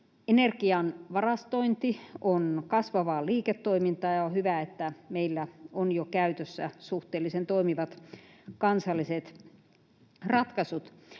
Energian varastointi on kasvavaa liiketoimintaa, ja on hyvä, että meillä on jo käytössä suhteellisen toimivat kansalliset ratkaisut.